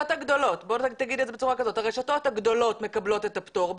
בוא תגיד את זה בצורה כזאת: הרשתות הגדולות מקבלות את הפטור,